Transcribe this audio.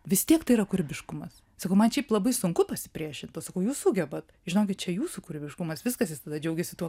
vis tiek tai yra kūrybiškumas sakau man šiaip labai sunku pasipriešint o pasakau jūs sugebat žinokit čia jūsų kūrybiškumas viskas jis džiaugiasi tuo